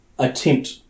attempt